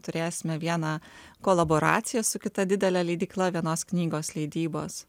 turėsime vieną kolaboraciją su kita didelė leidykla vienos knygos leidybos